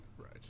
Right